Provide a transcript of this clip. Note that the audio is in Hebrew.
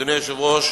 אדוני היושב-ראש,